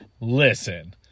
listen